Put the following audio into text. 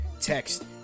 text